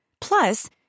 Plus